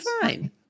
fine